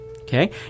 Okay